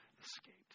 escaped